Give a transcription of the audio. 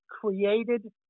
created